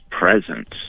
presence